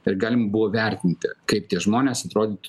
ir galima buvo vertinti kaip tie žmonės atrodytų